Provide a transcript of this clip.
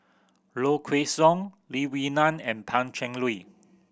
Low Kway Song Lee Wee Nam and Pan Cheng Lui